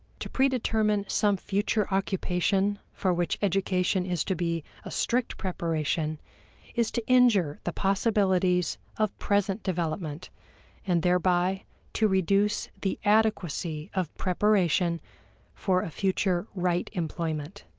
to predetermine some future occupation for which education is to be a strict preparation is to injure the possibilities of present development and thereby to reduce the adequacy of preparation for a future right employment.